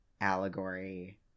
allegory